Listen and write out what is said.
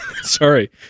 sorry